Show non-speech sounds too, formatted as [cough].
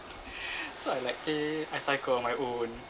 [breath] so I like eh I cycle on my own